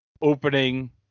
opening